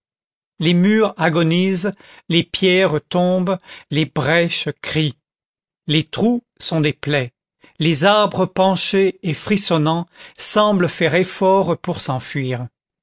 les murs agonisent les pierres tombent les brèches crient les trous sont des plaies les arbres penchés et frissonnants semblent faire effort pour s'enfuir